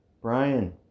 Brian